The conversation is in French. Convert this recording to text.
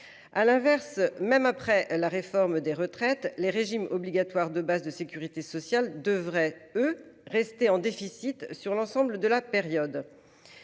À l'inverse, même après la réforme des retraites, les régimes obligatoires de base de sécurité sociale devraient, eux, rester en déficit sur l'ensemble de la période.